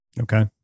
Okay